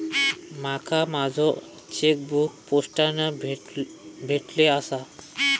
माका माझो चेकबुक पोस्टाने भेटले आसा